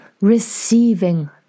receiving